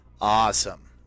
Awesome